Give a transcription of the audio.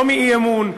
לא מאי-אמון,